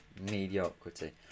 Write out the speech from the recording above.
Mediocrity